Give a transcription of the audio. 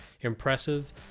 impressive